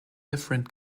different